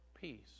peace